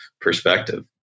perspective